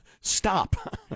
stop